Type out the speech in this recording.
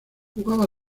jugaba